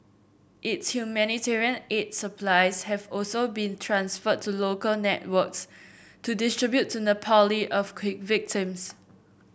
its humanitarian aid supplies have also been transferred to local networks to distribute to Nepali earthquake victims